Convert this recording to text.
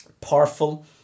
Powerful